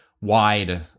wide